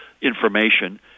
information